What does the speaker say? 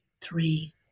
three